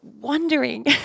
wondering